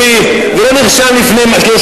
את הדוח הסופי,